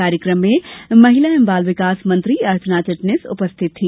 कार्यक्रम में महिला एवं बाल विकास मंत्री अर्चना चिटनिस उपस्थित थी